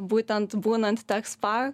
būtent būnant tech spa